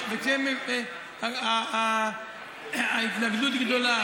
גדר, והתנגדות גדולה.